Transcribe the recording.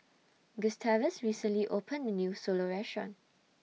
Gustavus recently opened A New Solo Restaurant